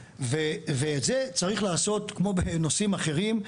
ואת זה צריך לעשות, כמו בנושאים אחרים,